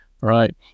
right